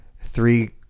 three